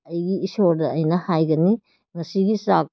ꯑꯩꯒꯤ ꯏꯁꯣꯔꯗ ꯑꯩꯅ ꯍꯥꯏꯒꯅꯤ ꯉꯁꯤꯒꯤ ꯆꯥꯛ